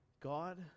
God